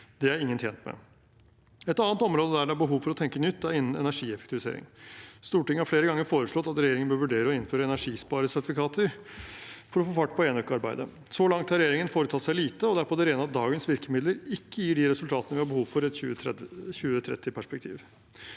Det er ingen tjent med. Et annet område der det er behov for å tenke nytt, er innen energieffektivisering. Stortinget har flere ganger foreslått at regjeringen bør vurdere å innføre energisparingssertifikater for å få fart på enøkarbeidet. Så langt har regjeringen foretatt seg lite, og det er på det rene at dagens virkemidler ikke gir de resultatene vi har behov for i et 2030-perspektiv.